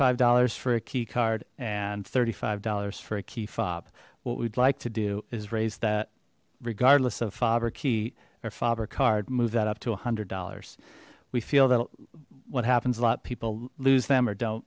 five dollars for a key card and thirty five dollars for a key fob what we'd like to do is raise that regardless of fabra key or fob or card move that up to a hundred dollars we feel that what happens a lot people lose them or don't